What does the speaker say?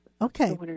Okay